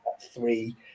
three